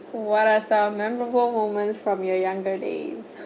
what're some memorable moments from your younger days